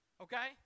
okay